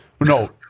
No